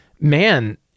man